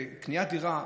קניית דירה,